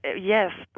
Yes